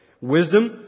wisdom